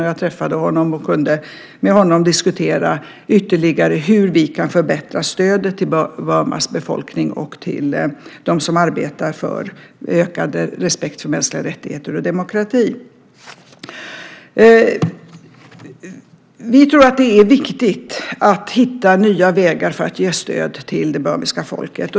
Jag träffade honom, och vi kunde då diskutera ytterligare hur vi kan förbättra stödet till Burmas befolkning och till dem som arbetar för ökad respekt för mänskliga rättigheter och demokrati. Vi tror att det är viktigt att hitta nya vägar för att ge stöd till det burmesiska folket.